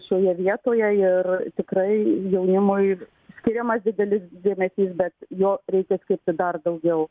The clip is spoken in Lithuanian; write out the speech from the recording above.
šioje vietoje ir tikrai jaunimui skiriamas didelis dėmesys bet jo reikia skirti dar daugiau